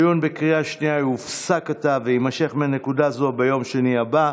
הדיון בקריאה שנייה יופסק עתה ויימשך מנקודה זו ביום שני הבא.